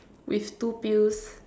with two pills